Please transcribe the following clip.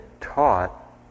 taught